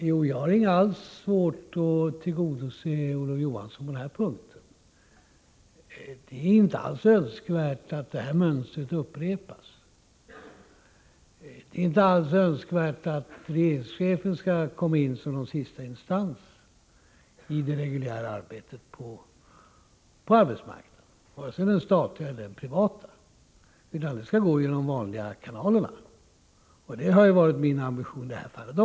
Fru talman! Jag har inga som helst svårigheter att tillgodose Olof Johansson på den punkten. Det är inte alls önskvärt att mönstret upprepas, och det är inte alls önskvärt att regeringschefen skall komma in som någon sorts sista instans i det reguljära förhandlingsarbetet på arbetsmarknaden, oavsett om det gäller den statliga eller privata sidan. Det arbetet skall bedrivas genom de vanliga kanalerna, och det har varit min ambition också i det här fallet.